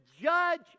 judge